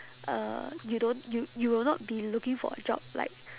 uh you don't you you will not be looking for a job like